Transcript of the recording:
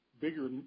bigger